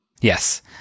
Yes